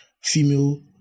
female